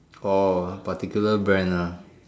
orh a particular brand ah